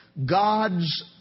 God's